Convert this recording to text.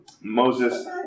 Moses